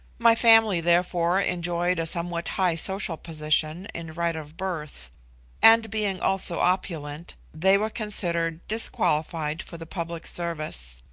my family, therefore, enjoyed a somewhat high social position in right of birth and being also opulent, they were considered disqualified for the public service.